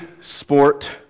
sport